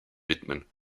widmen